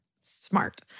Smart